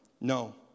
no